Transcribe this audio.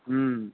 ହୁଁ